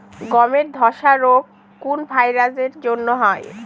গমের ধসা রোগ কোন ভাইরাস এর জন্য হয়?